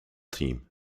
team